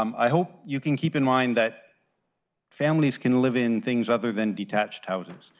um i hope you can keep in mind that families can live in things other than detached houses.